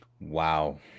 wow